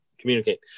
communicate